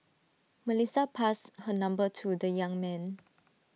Melissa passed her number to the young man